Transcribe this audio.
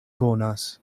konas